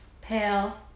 Pale